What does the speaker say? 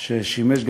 בחלק מהדברים, כן.